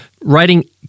writing